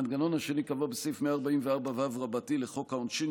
המנגנון השני קבוע בסעיף 144ו לחוק העונשין,